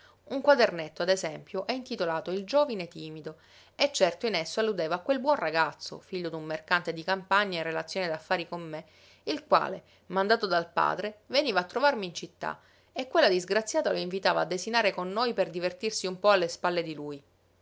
un quadernetto ad esempio è intitolato il giovine timido e certo in esso alludevo a quel buon ragazzo figlio d'un mercante di campagna in relazione d'affari con me il quale mandato dal padre veniva a trovarmi in città e quella disgraziata lo invitava a desinare con noi per divertirsi un po alle spalle di lui